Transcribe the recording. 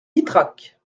ytrac